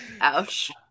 Ouch